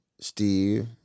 Steve